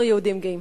אנחנו יהודים גאים.